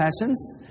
passions